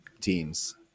teams